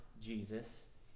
Jesus